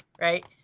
right